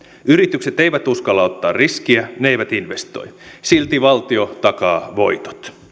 yritykset eivät uskalla ottaa riskiä ne eivät investoi silti valtio takaa voitot